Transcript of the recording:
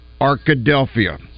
Arkadelphia